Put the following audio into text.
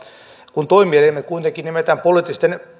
kun toimielimet kuitenkin nimetään poliittisten